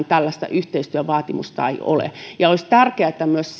tällaista yhteistyövaatimusta ei ole olisi tärkeää että myös